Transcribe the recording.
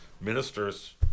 ministers